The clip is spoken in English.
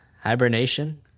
Hibernation